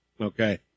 Okay